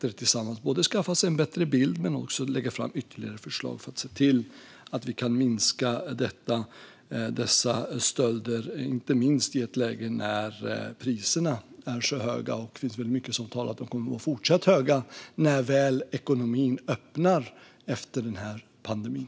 Det handlar om att de ska skaffa sig en bättre bild och också lägga fram ytterligare förslag för att se till att vi kan minska dessa stölder. Nu är vi i ett läge där priserna är höga, och det finns mycket som talar för att priserna fortsatt kommer att vara höga när väl ekonomin öppnar efter pandemin.